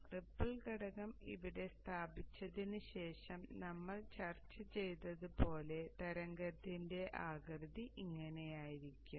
ripple ഘടകം ഇവിടെ സ്ഥാപിച്ചതിന് ശേഷം നമ്മൾ ചർച്ച ചെയ്തതുപോലെ തരംഗത്തിന്റെ ആകൃതി ഇങ്ങനെയായിരിക്കും